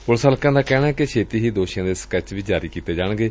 police ਹਲਕਿਆਂ ਦਾ ਕਹਿਣੈ ਕਿ ਛੇਤੀ ਹੀ ਦੋਸ਼ੀਆਂ ਦੇ ਸਕੈਚ ਵੀ ਜਾਰੀ ਕੀਤੇ ਜਾਣਗੇ